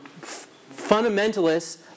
fundamentalists